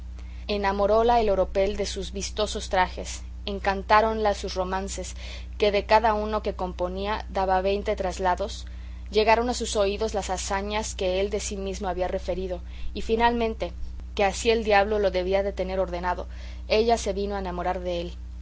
plaza enamoróla el oropel de sus vistosos trajes encantáronla sus romances que de cada uno que componía daba veinte traslados llegaron a sus oídos las hazañas que él de sí mismo había referido y finalmente que así el diablo lo debía de tener ordenado ella se vino a enamorar dél